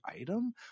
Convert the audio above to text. item